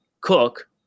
Cook